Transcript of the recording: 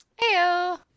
Heyo